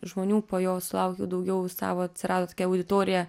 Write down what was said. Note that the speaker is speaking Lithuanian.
žmonių po jo sulaukiau daugiau savo atsirado tokia auditorija